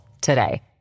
today